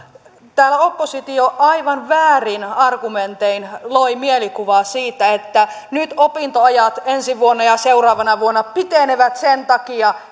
täällä oppositio aivan väärin argumentein loi mielikuvaa siitä että nyt opintoajat ensi vuonna ja seuraavana vuonna pitenevät sen takia